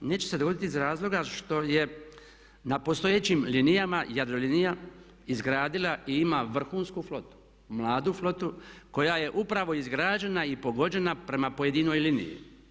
Neće se dogoditi iz razloga što je na postojećim linijama Jadrolinija izgradila i ima vrhunsku, mladu flotu koja je upravo izgrađena i pogođena prema pojedinoj liniji.